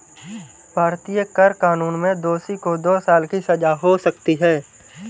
भारतीय कर कानून में दोषी को दो साल की सजा हो सकती है